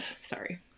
Sorry